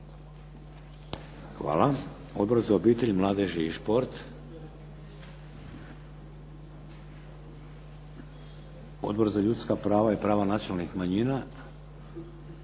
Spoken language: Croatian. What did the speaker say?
Hvala. Odbor za obitelj, mladež i šport? Odbor za ljudska prava i prava nacionalnih manjina?